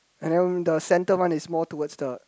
and the center one is more towards the